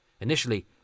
Initially